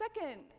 Second